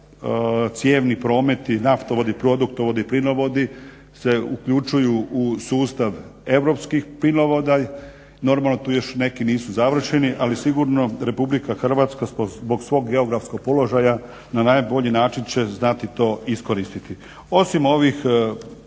cijevni prometi naftovodi, produktovodi, plinovodi se uključuju u sustav europskih plinovoda. Normalno tu još neki nisu završeni ali sigurno RH zbog svog geografskog položaja na najbolji način će to znati iskoristiti. Osim ovih